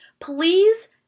please